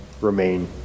remain